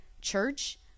church